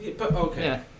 Okay